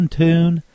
tune